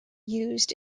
used